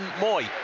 Moy